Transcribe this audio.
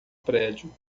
prédio